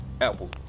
Apple